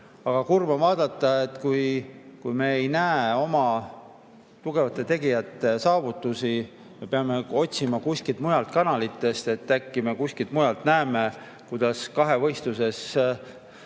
Aga kurb on vaadata, et kui me ei näe oma tugevate tegijate saavutusi, me peame otsima kuskilt mujalt kanalitest, et äkki me kuskilt näeme, kuidas kahevõistluses